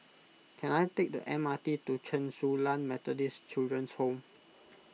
can I take the M R T to Chen Su Lan Methodist Children's Home